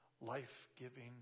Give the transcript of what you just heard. life-giving